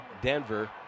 Denver